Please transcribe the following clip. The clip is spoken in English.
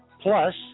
Plus